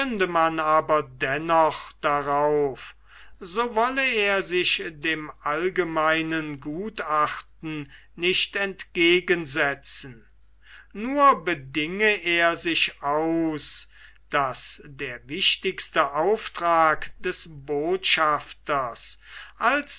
aber dennoch darauf so wolle er sich dem allgemeinen gutachten nicht entgegensetzen nur bedinge er sich aus daß der wichtigste auftrag des botschafters alsdann